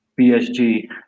PSG